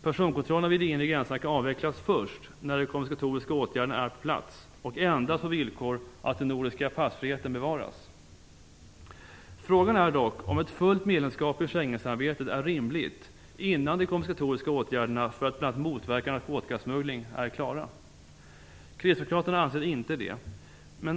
Personkontrollerna vid de inre gränserna kan avvecklas först när de kompensatoriska åtgärderna är på plats och endast på villkor att den nordiska passfriheten bevaras. Frågan är dock om ett fullt medlemskap i Schengensamarbetet är rimligt innan de kompensatoriska åtgärderna för att bl.a. motverka narkotikasmuggling är klara. Kristdemokraterna anser inte det.